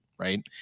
right